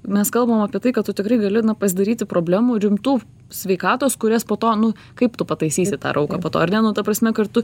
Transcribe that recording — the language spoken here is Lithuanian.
mes kalbam apie tai kad tu tikrai gali pasidaryti problemų rimtų sveikatos kurias po to nu kaip tu pataisysi tą rauką po to ar ne nu ta prasme kartu